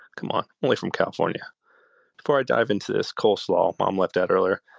c'mon only from california before i dive into this cole slaw mom left out earlier.